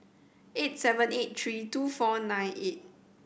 eight seven eight three two four nine eight